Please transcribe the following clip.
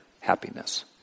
happiness